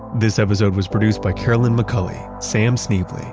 this episode was produced by carolyn mcculley, sam schneble,